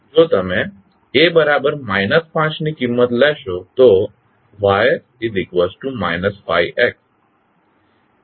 જો તમે A 5 ની કિંમત લેશો તો Ys 5X